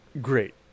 great